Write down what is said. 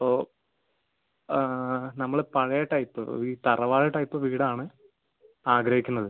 ഓ നമ്മൾ പഴയ ടൈപ്പ് ഈ തറവാട് ടൈപ്പ് വീടാണ് ആഗ്രഹിക്കുന്നത്